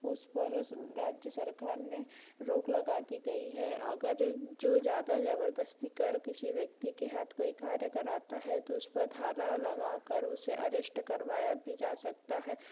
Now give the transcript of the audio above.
उस पर राज्य सरकार ने रोक लगा दी गई है अगर जो ज्यादा जबरदस्ती कर किसी व्यक्ति के हाथ कोई कार्य कराता है तो उस पर धारा लगा कर उसे अरेस्ट करवाया भी जा सकता है